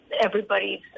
everybody's